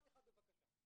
משפט אחד, בבקשה.